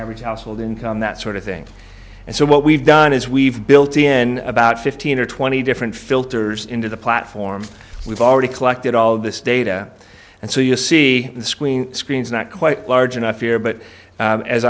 average household income that sort of thing and so what we've done is we've built in about fifteen or twenty different filters into the platform we've already collected all of this data and so you see on the screen screens not quite large enough air but